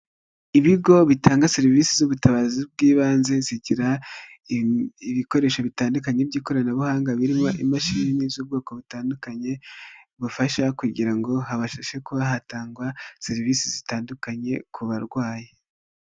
Ibigo bitanga serivisi z'ubutabazi bw'ibanze zigira ibikoresho bitandukanye by'ikoranabuhanga birimo imashini z'ubwoko butandukanye bubafasha kugira ngo habashe kuba hatangwa serivisi zitandukanye ku barwayi.